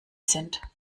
sind